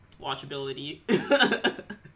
watchability